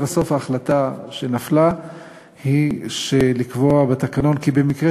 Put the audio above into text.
לבסוף ההחלטה שנפלה היא לקבוע בתקנון כי במקרה